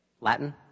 latin